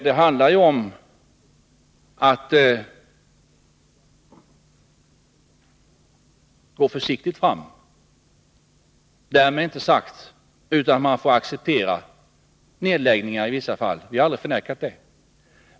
Det handlar om att gå försiktigt fram. Därmed är inte sagt att man inte kan acceptera nedläggningar i vissa fall. Vi har aldrig förnekat detta.